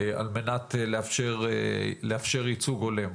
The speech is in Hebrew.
על מנת לאפשר ייצוג הולם.